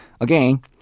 Again